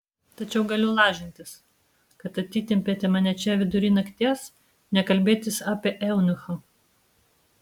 tačiau galiu lažintis kad atitempėte mane čia vidury nakties ne kalbėtis apie eunuchą